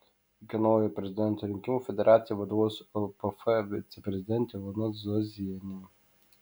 iki naujo prezidento rinkimų federacijai vadovaus lpf viceprezidentė ilona zuozienė